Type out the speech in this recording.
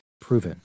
proven